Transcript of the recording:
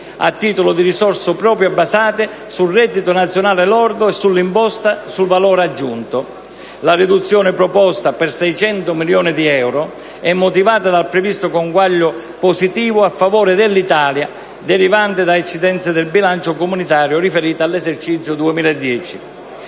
a titolo di risorse proprie basate sul reddito nazionale lordo e sull'imposta sul valore aggiunto. La riduzione proposta, per 600 milioni di euro, è motivata dal previsto conguaglio positivo a favore dell'Italia derivante da eccedenze del bilancio comunitario riferite all'esercizio 2010.